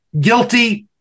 guilty